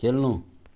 खेल्नु